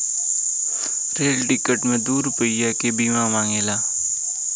rail ticket मे दू रुपैया के बीमा मांगेला